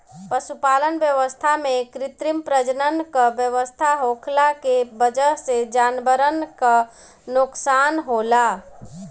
पशुपालन व्यवस्था में कृत्रिम प्रजनन क व्यवस्था होखला के वजह से जानवरन क नोकसान होला